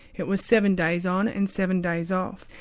it was seven days on, and seven days off.